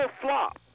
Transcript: flop